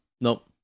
Nope